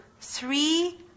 Three